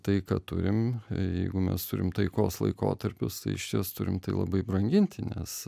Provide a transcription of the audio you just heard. tai ką turim jeigu mes turim taikos laikotarpius tai iš ties turim tai labai branginti nes